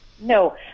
No